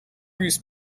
whose